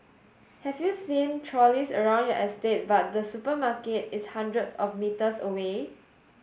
have you seen trolleys around your estate but the supermarket is hundreds of metres away